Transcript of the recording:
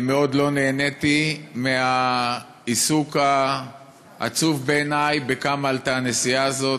מאוד לא נהניתי מהעיסוק העצוב בעיני בכמה עלתה הנסיעה הזאת.